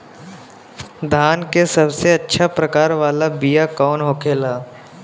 धान के सबसे अच्छा प्रकार वाला बीया कौन होखेला?